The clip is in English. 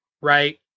right